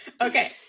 Okay